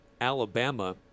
Alabama